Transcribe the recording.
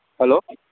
hello